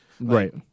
Right